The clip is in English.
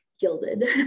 gilded